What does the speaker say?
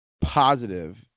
positive